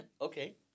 Okay